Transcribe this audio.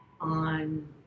on